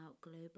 global